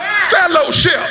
fellowship